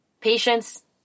patience